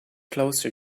closer